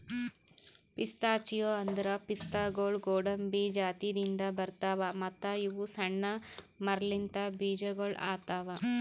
pistachio ಅಂದುರ್ ಪಿಸ್ತಾಗೊಳ್ ಗೋಡಂಬಿ ಜಾತಿದಿಂದ್ ಬರ್ತಾವ್ ಮತ್ತ ಇವು ಸಣ್ಣ ಮರಲಿಂತ್ ಬೀಜಗೊಳ್ ಆತವ್